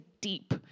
deep